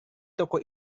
toko